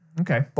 Okay